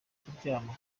kuryama